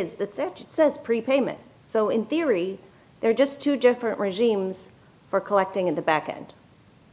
there says pre payment so in theory there are just two different regimes for collecting in the back and